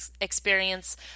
experience